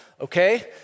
Okay